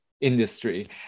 industry